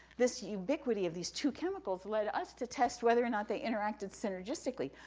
this ubick wuty of these two chemicals led us to test whether or not they interacted synergistically.